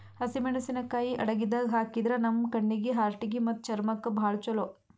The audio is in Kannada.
ಹಸಿಮೆಣಸಿಕಾಯಿ ಅಡಗಿದಾಗ್ ಹಾಕಿದ್ರ ನಮ್ ಕಣ್ಣೀಗಿ, ಹಾರ್ಟಿಗಿ ಮತ್ತ್ ಚರ್ಮಕ್ಕ್ ಭಾಳ್ ಛಲೋ